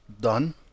Done